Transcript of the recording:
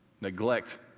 neglect